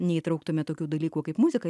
neįtrauktume tokių dalykų kaip muzika